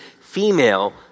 female